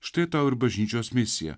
štai tau ir bažnyčios misija